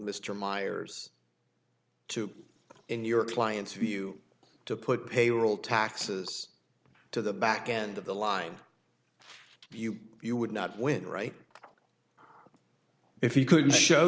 mr meyers to in your client's view to put payroll taxes to the back end of the line you you would not win right if you could show